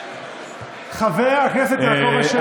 חבר הכנסת יעקב אשר.